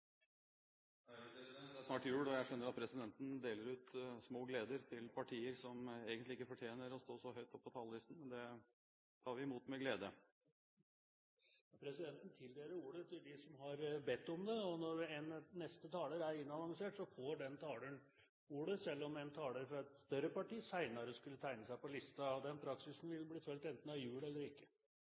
er snart jul, og jeg skjønner at presidenten deler ut små gleder til partier som egentlig ikke fortjener å stå så høyt oppe på talerlisten. Det tar vi imot med glede! Presidenten tildeler dem ordet som har bedt om det. Når en neste taler er annonsert, får den taleren ordet selv om en taler fra et større parti senere skulle tegne seg på talerlisten. Den praksisen vil bli fulgt enten det er jul eller ikke! Det høres bra ut, president, og det vil skape glede enten det er jul eller ikke!